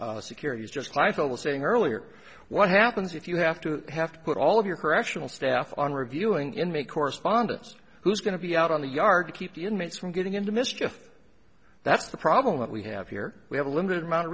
prisons security is just life it was saying earlier what happens if you have to have to put all of your correctional staff on reviewing inmate correspondence who's going to be out on the yard to keep the inmates from getting into mischief that's the problem that we have here we have a limited amount of